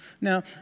Now